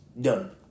done